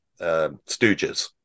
Stooges